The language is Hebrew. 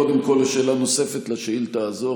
אז אנחנו נעבור קודם כול לשאלה נוספת לשאילתה הזאת,